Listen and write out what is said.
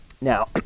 now